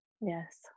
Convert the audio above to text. yes